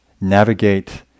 navigate